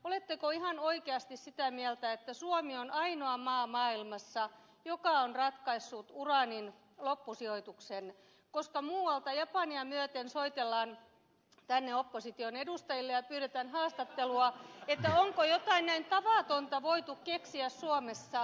oletteko ihan oikeasti sitä mieltä että suomi on ainoa maa maailmassa joka on ratkaissut uraanin loppusijoituksen koska muualta japania myöten soitellaan tänne opposition edustajille ja pyydetään haastattelua siitä onko jotain näin tavatonta voitu keksiä suomessa